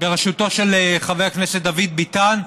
בראשותו של חבר הכנסת דוד ביטן,